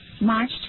March